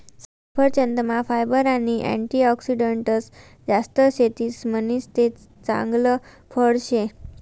सफरचंदमा फायबर आणि अँटीऑक्सिडंटस जास्त शेतस म्हणीसन ते चांगल फळ शे